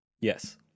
Yes